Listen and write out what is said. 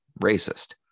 racist